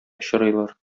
очрыйлар